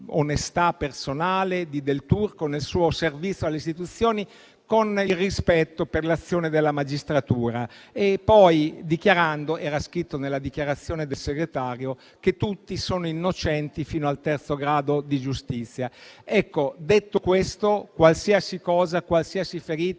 nell'onestà personale di Del Turco e nel suo servizio alle istituzioni con il rispetto per l'azione della magistratura, dichiarando poi - ed era scritto nella dichiarazione del segretario - che tutti sono innocenti fino al terzo grado di giudizio. Detto questo, qualsiasi ferita